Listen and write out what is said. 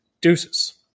Deuces